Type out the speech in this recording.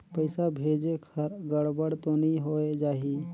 पइसा भेजेक हर गड़बड़ तो नि होए जाही?